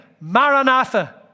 Maranatha